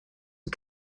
een